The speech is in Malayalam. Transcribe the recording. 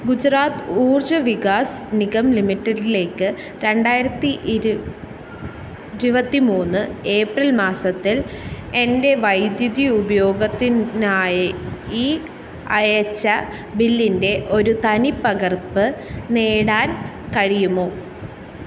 ഗുജറാത്ത് ഊർജ വികാസ് നിഗം ലിമിറ്റഡ് ലേക്ക് രണ്ടായിരത്തി ഇരുപത്തിമൂന്ന് ഏപ്രിൽ മാസത്തിൽ എൻ്റെ വൈദ്യുതി ഉപയോഗത്തിനായി അയച്ച ബില്ലിൻ്റെ ഒരു തനിപ്പകർപ്പ് നേടാൻ കഴിയുമോ